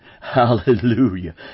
Hallelujah